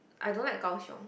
I don't like Kaohsiung